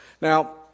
Now